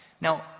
Now